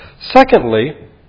Secondly